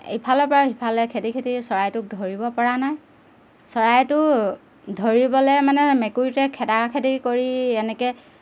ইফালৰ পৰা সিফালে খেদি খেদি চৰাইটোক ধৰিব পৰা নাই চৰাইটো ধৰিবলৈ মানে মেকুৰীটোৱে খেদা খেদি কৰি এনেকৈ